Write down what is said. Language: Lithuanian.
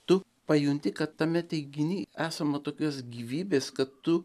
tu pajunti kad tame teiginy esama tokios gyvybės kad tu